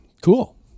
cool